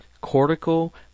cortical